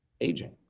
aging